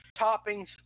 toppings